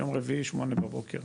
יום רביעי, שמונה בבוקר.